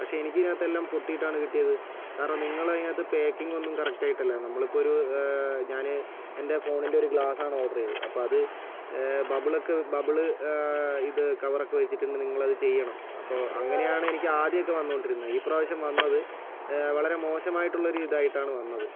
പക്ഷെ എനിക്ക് ഇതിനകത്ത് എല്ലാം പൊട്ടിയിട്ടാണ് കിട്ടിയത് കാരണം നിങ്ങൾ അതിനകത്ത് പാക്കിങ് ഒന്നും കറക്റ്റ് ആയിട്ടല്ല നമ്മൾ ഇപ്പോൾ ഒരു ഞാൻ എൻ്റെ ഫോണിൻ്റെ ഒരു ഗ്ലാസ്സാണ് ഓർഡർ ചെയ്തത് അപ്പോൾ അത് ബബിളൊക്കെ ബബിൾ ഇത് കവർ ഒക്കെ വെച്ചിട്ട് നിങ്ങൾ അത് ചെയ്യണം അപ്പോൾ അങ്ങനെയാണ് എനിക്ക് ആദ്യമൊക്കെ വന്നുകൊണ്ടിരുന്നത് ഈ പ്രാവശ്യം വന്നത് വളരെ മോശമായിട്ടുള്ള ഒരു ഇതായിട്ടാണ് വന്നത്